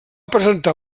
presentar